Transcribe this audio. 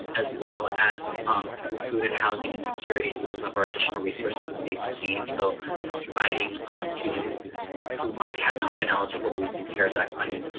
as well as um through food, and housing, and securities with some of our additional resources and basic needs. so providing students who might have not been eligible to receive cares act funding,